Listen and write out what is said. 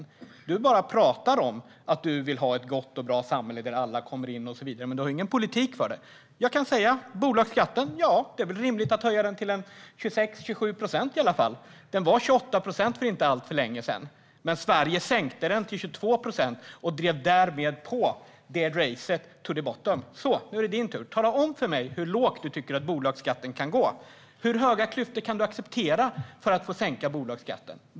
Larry Söder pratar om att han vill ha ett gott och bra samhälle där alla kommer in och så vidare, men han har ingen politik för det. När det gäller bolagsskatten är det väl rimligt att höja den till 26-27 procent i alla fall. Den var 28 procent för inte alltför länge sedan. Men Sverige sänkte den till 22 procent och drev därmed på detta race to the bottom. Nu är det Larry Söders tur. Tala om för mig hur låg bolagsskatten kan bli! Hur stora klyftor kan han acceptera för att få sänka bolagsskatten?